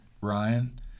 Ryan